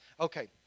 Okay